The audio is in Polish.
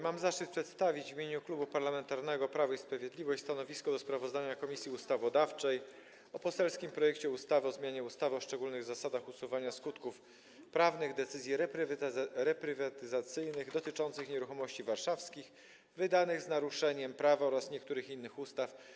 Mam zaszczyt przedstawić w imieniu Klubu Parlamentarnego Prawo i Sprawiedliwość stanowisko wobec sprawozdania Komisji Ustawodawczej o poselskim projekcie ustawy o zmianie ustawy o szczególnych zasadach usuwania skutków prawnych decyzji reprywatyzacyjnych dotyczących nieruchomości warszawskich, wydanych z naruszeniem prawa oraz niektórych innych ustaw.